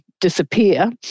disappear